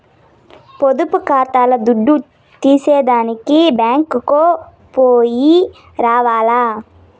పొదుపు కాతాల్ల దుడ్డు తీసేదానికి బ్యేంకుకో పొయ్యి రావాల్ల